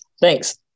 Thanks